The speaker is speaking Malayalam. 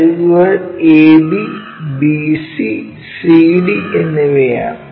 അരികുകൾ ab bc cd എന്നിവയാണ്